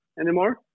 anymore